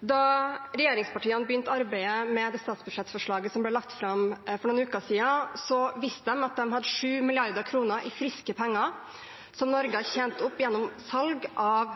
Da regjeringspartiene begynte arbeidet med statsbudsjettforslaget som ble lagt fram for noen uker siden, visste de at de hadde 7 mrd. kr i friske penger som Norge har tjent opp gjennom salg av